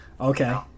Okay